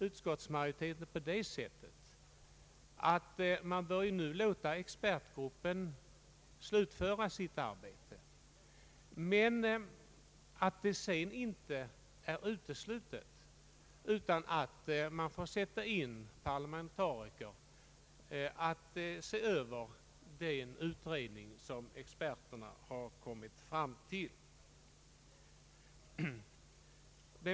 Utskottsmajoriteten resonerar på det sättet att expertgruppen bör slutföra sitt arbete men att det sedan inte är uteslutet att parlamentariker får i uppdrag att se över det utredningsresultat som expertgruppen kommer fram till.